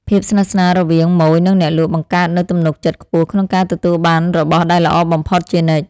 ភាពស្និទ្ធស្នាលរវាងម៉ូយនិងអ្នកលក់បង្កើតនូវទំនុកចិត្តខ្ពស់ក្នុងការទទួលបានរបស់ដែលល្អបំផុតជានិច្ច។